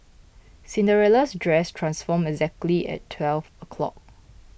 Cinderella's dress transformed exactly at twelve o'clock